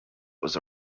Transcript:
was